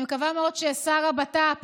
אני מקווה מאוד ששר הבט"פ